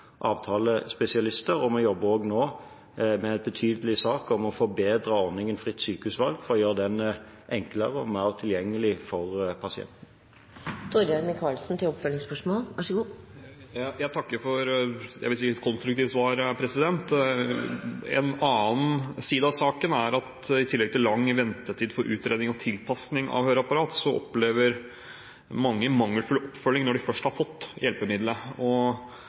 avtalespesialister, og vi jobber også nå med en betydelig sak om å forbedre ordningen fritt sykehusvalg for å gjøre den enklere og mer tilgjengelig for pasientene. Jeg takker for et konstruktivt svar. En annen side av saken er at i tillegg til lang ventetid for utredning og tilpasning av høreapparat, så opplever mange mangelfull oppfølging når de først har fått hjelpemiddelet. Og